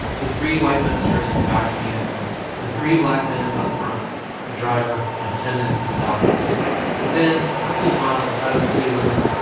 the three white ministers in the back of the ambulance and three black men upfront the driver, an attendant and the doctor then, a couple of miles outside of the city limits,